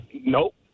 nope